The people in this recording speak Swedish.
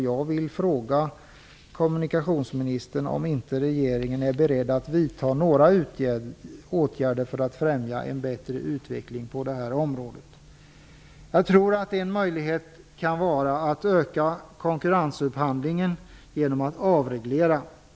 Jag vill fråga kommunikationsministern om inte regeringen är beredd att vidta några åtgärder för att främja en bättre utveckling på det här området. En möjlighet kan vara att man ökar konkurrensen vid upphandlingen genom att avreglera.